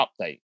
update